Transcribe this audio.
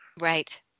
right